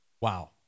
Wow